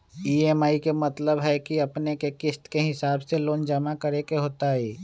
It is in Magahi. ई.एम.आई के मतलब है कि अपने के किस्त के हिसाब से लोन जमा करे के होतेई?